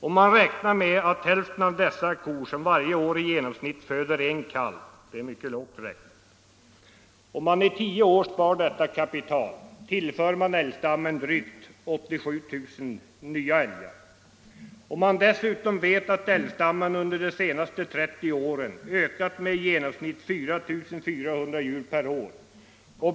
Om man räknar med att hälften av dessa är kor, som varje år i genomsnitt föder en kalv — det är mycket lågt räknat — och man i tio år spar detta kapital tillför man älgstammen drygt 87 000 nya älgar. Dessutom har älgstammen under de senaste 30 åren ökat med i genomsnitt 4 400 djur per år.